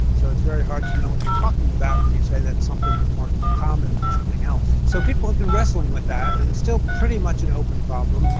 so it's very hard to know what you're talking about when you say that something is more common than something else. so people have been wrestling with that and it's still pretty much an open problem,